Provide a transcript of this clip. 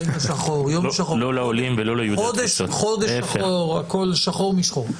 רגע שחור, יום שחור, חודש שחור, הכל שחור משחור.